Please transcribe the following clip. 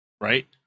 right